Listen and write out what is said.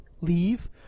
leave